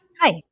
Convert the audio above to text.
Hi